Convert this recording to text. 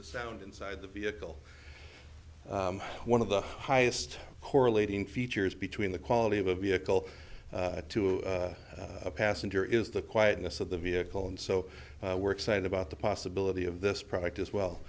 the sound inside the vehicle one of the highest correlating features between the quality of a vehicle to a passenger is the quietness of the vehicle and so we're excited about the possibility of this product as well